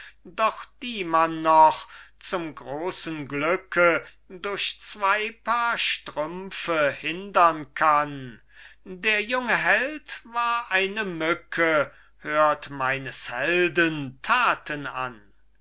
doch die man noch zum großen glücke durch zwei paar strümpfe hindern kann der junge held war eine mücke hört meines helden taten an